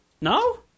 No